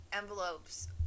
envelopes